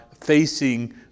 facing